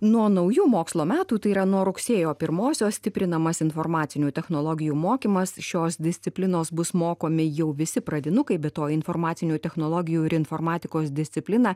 nuo naujų mokslo metų tai yra nuo rugsėjo pirmosios stiprinamas informacinių technologijų mokymas šios disciplinos bus mokomi jau visi pradinukai be to informacinių technologijų ir informatikos disciplina